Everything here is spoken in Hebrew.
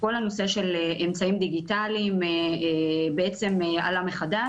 כל הנושא של אמצעים דיגיטליים עלה מחדש,